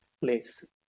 place